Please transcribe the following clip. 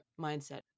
mindset